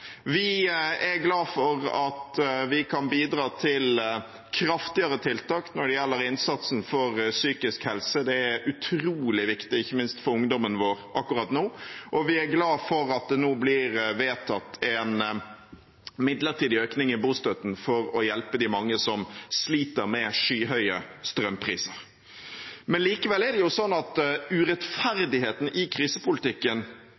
Vi er glad for at vi kan bidra til kraftigere tiltak når det gjelder innsatsen for psykisk helse, det er utrolig viktig, ikke minst for ungdommen vår akkurat nå. Og vi er glad for at det nå blir vedtatt en midlertidig økning i bostøtten for å hjelpe de mange som sliter med skyhøye strømpriser. Likevel er det sånn at